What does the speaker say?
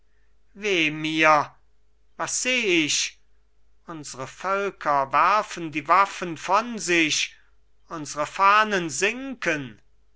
was seh ich unsre völker werfen die waffen von sich unsre fahnen sinken